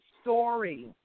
story